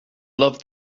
loved